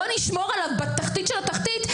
בואו נשמור עליו בתחתית של התחתית,